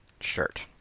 shirt